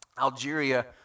Algeria